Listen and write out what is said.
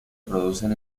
producen